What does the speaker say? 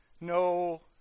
No